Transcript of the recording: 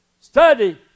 Study